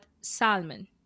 salmon